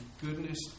goodness